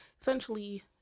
essentially